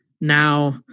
now